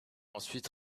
ensuite